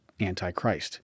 Antichrist